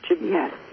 Yes